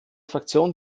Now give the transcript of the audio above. fraktion